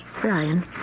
Brian